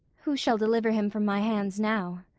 who shall deliver him from my hands now?